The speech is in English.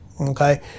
Okay